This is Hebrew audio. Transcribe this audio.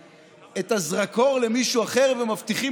כל יומיים היה ברור שמפנים את הזרקור למישהו אחר ומבטיחים